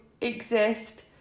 exist